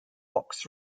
fox